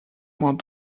moins